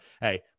Hey